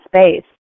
space